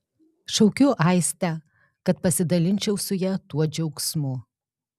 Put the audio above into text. šaukiu aistę kad pasidalinčiau su ja tuo džiaugsmu